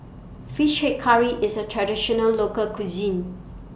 Fish Head Curry IS A Traditional Local Cuisine